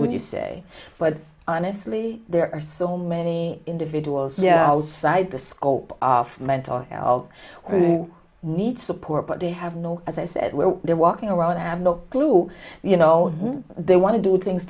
when you say but honestly there are so many individuals outside the scope of mental health who need support but they have no as i said where they're walking around and have no clue you know they want to do things